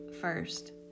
first